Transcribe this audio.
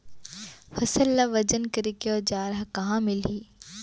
फसल ला वजन करे के औज़ार हा कहाँ मिलही?